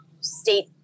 state